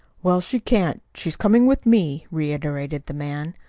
well, she can't. she's coming with me, reiterated the man.